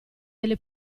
delle